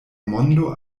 mondo